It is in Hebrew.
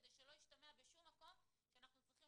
כדי שלא ישתמע בשום מקום שאנחנו צריכים